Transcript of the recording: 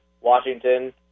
Washington